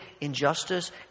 injustice